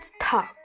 talk